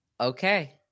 okay